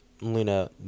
Luna